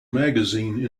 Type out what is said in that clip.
magazine